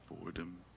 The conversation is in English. boredom